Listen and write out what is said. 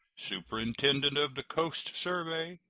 superintendent of the coast survey,